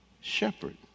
shepherd